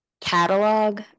catalog